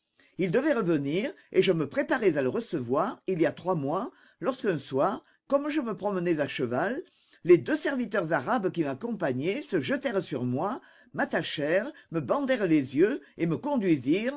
il devait revenir et je me préparais à le recevoir il y a trois mois lorsqu'un soir comme je me promenais à cheval les deux serviteurs arabes qui m'accompagnaient se jetèrent sur moi m'attachèrent me bandèrent les yeux et me